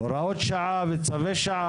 הוראות שעה וצווי שעה.